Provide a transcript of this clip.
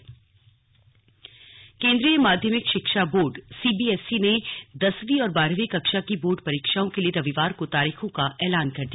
slug CBSE केन्द्रीय माध्यमिक शिक्षा बोर्ड सीबीएसई ने दसवीं और बारहवीं कक्षा की बोर्ड परीक्षाओं के लिये रविवार को तारीखों का ऐलान कर दिया